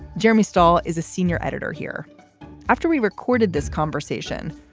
jeremy stall is a senior editor here after we recorded this conversation.